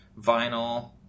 vinyl